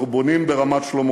אנחנו בונים ברמת-שלמה.